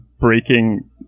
Breaking